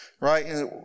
right